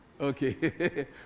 Okay